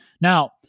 Now